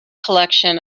collection